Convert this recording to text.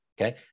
okay